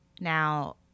Now